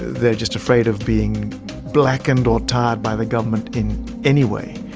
they're just afraid of being blackened or tarred by the government in any way,